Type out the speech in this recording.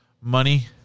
money